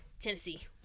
Tennessee